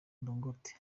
dangote